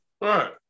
Right